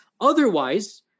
otherwise